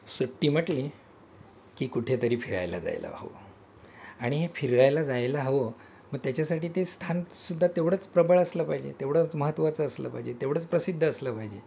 सुट्टी म्हटली की कुठेतरी फिरायला जायला हवं आणि हे फिरायला जायला हवं मग त्याच्यासाठी ते स्थानसुद्धा तेवढंच प्रबळ असलं पाहिजे तेवढं महत्त्वाचं असलं पाहिजे तेवढंच प्रसिद्ध असलं पाहिजे